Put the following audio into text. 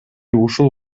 ушул